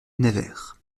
nevers